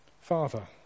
Father